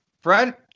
Fred